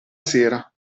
sera